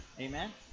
Amen